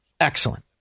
Excellent